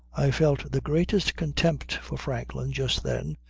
i felt the greatest contempt for franklin just then,